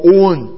own